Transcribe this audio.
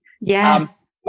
Yes